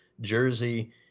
Jersey